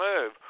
move